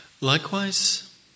Likewise